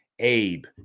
Abe